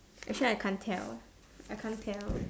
actually I can't tell I can't tell